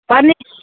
paneer